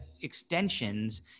extensions